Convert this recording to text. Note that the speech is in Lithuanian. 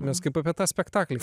mes kaip apie tą spektaklį